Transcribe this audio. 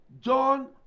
John